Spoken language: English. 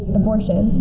abortion